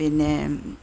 പിന്നെ